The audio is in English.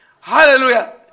Hallelujah